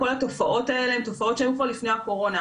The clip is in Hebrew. כל התופעות האלו היו כבר לפני הקורונה,